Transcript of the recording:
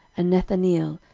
and nethaneel,